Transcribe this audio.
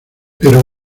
pero